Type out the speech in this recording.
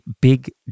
big